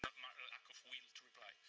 not lack of will to reply.